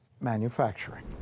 manufacturing